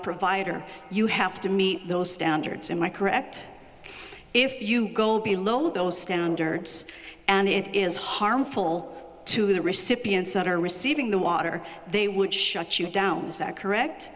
provider you have to meet those standards in my correct if you go below those standards and it is harmful to the recipients that are receiving the water they would shut you down is that correct